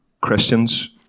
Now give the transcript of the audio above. Christians